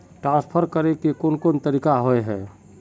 Transfer करे के कोन कोन तरीका होय है?